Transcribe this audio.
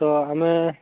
ତ ଆମେ